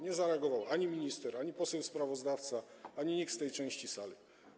Nie zareagowali ani minister, ani poseł sprawozdawca, ani nikt z tej części sali.